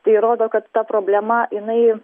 tai rodo kad ta problema jinai